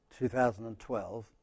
2012